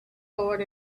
forward